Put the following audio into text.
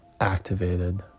activated